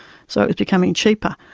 so it was becoming cheaper,